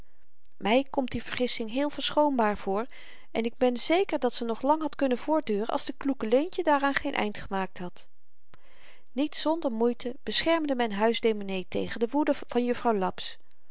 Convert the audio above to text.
my komt die vergissing heel verschoonbaar voor en ik ben zeker dat ze nog lang had kunnen voortduren als de kloeke leentje daaraan geen eind gemaakt had niet zonder moeite beschermde men huisdominee tegen de woede van juffrouw laps